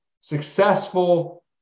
successful